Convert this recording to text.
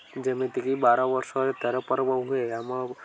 ଯେମିତିକି ବାର ବର୍ଷରେ ତେର ପର୍ବ ହୁଏ ଆମ